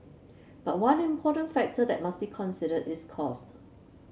but one important factor that must be considered is cost